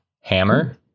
hammer